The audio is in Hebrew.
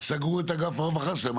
סגרו את אגף הרווחה שלהם?